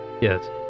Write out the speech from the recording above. Yes